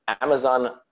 Amazon